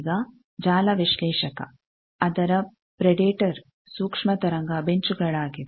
ಈಗ ಜಾಲ ವಿಶ್ಲೇಷಕ ಅದರ ಪ್ರೇಡೆಟರ್ ಸೂಕ್ಷ್ಮ ತರಂಗ ಬೆಂಚುಗಳಾಗಿವೆ